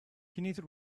kenneth